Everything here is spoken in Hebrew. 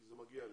כי זה מגיע להם,